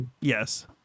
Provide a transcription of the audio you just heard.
Yes